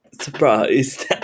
surprised